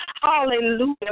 Hallelujah